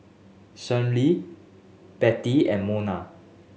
Schley Bettie and Mona